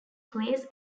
clays